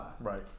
Right